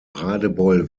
radebeul